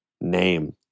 name